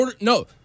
No